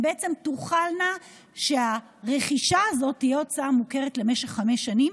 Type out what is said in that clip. הן תוכלנה שהרכישה הזו תהיה הוצאה מוכרת למשך חמש שנים,